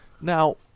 Now